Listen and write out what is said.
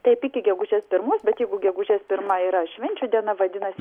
taip iki gegužės pirmos bet jeigu gegužės pirma yra švenčių diena vadinas